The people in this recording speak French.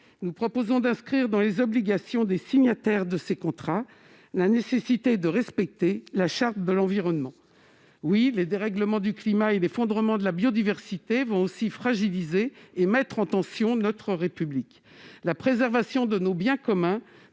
Nous proposons d'inscrire dans les obligations des signataires du contrat la nécessité de respecter la Charte de l'environnement. Les dérèglements du climat et l'effondrement de la biodiversité vont aussi fragiliser et mettre en tension notre République. La préservation de nos biens communs